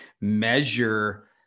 measure